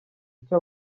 icyo